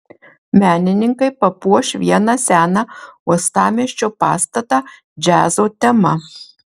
menininkai papuoš vieną seną uostamiesčio pastatą džiazo tema